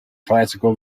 classical